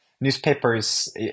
Newspapers